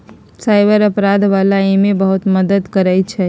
cyber अपराध वाला एमे बहुते मदद करई छई